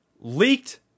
leaked